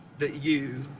that you,